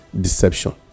deception